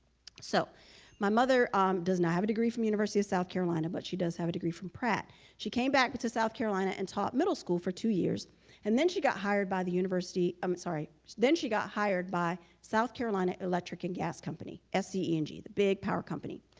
so my mother um does not have a degree from university of south carolina, but she does have a degree from pratt. she came back but to south carolina and taught middle school for two years and then she got hired by the university i'm sorry then she got hired by south carolina electric and gas company sc and g the big power company.